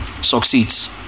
succeeds